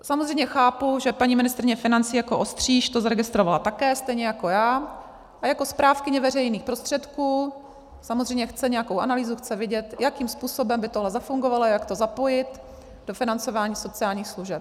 Samozřejmě chápu, že paní ministryně financí jako ostříž to zaregistrovala také, stejně jako já, a jako správkyně veřejných prostředků chce samozřejmě vidět nějakou analýzu, chce vidět, jakým způsobem by tohle zafungovalo, jak to zapojit do financování sociálních služeb.